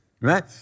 right